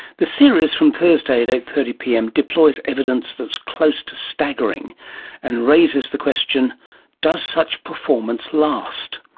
the series from thursday at eight. thirty pm deploys evidence that's close to staggering and raises the question does such performance last?